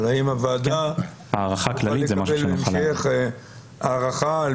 אבל האם הוועדה תוכל לקבל בהמשך הערכה על